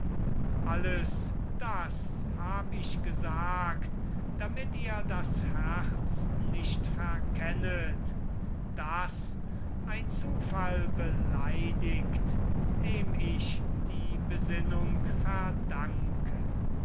alles das hab ich gesagt damit ihr das herz nicht verkennet das ein zufall beleidigt dem ich die besinnung verdanke